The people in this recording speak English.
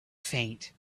faint